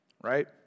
right